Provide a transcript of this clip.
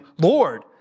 Lord